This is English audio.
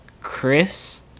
Chris